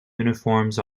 uniforms